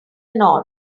nod